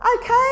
okay